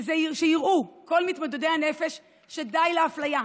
שיראו כל מתמודדי הנפש שדי לאפליה.